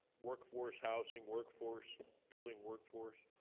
workforce housing workforce building workforce